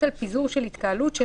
בגלל שהיא לא מפזרת את ההפגנות בכוח,